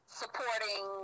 supporting